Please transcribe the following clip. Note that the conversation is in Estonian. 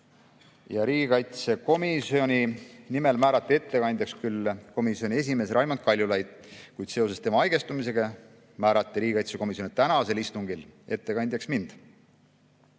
Riigikaitsekomisjoni nimel määrati ettekandjaks küll komisjoni esimees Raimond Kaljulaid, kuid seoses tema haigestumisega määrati riigikaitsekomisjoni tänasel istungil ettekandjaks mind.